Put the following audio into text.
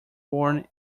born